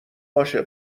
باشه